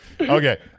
okay